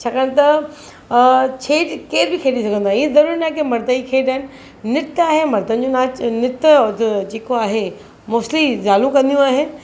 छाकाणि त छेॼ केरु बि खेॾी सघंदो आहे इहो ज़रूरी नाहे की मर्द ई खेॾनि नृत्य आहे मर्दनि जो नाचु नृत्य जेको आहे मोस्टली जालूं कंदियूं आहिनि